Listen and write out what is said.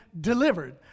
delivered